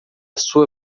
sua